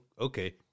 okay